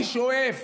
אני שואף